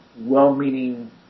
well-meaning